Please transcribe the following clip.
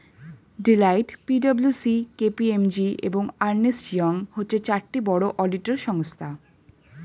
Deloitte, P W C, K P M G, এবং Ernst Young হচ্ছে চারটি বড় অডিটর সংস্থা